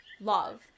love